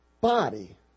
body